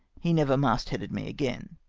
he never mast-headed me again.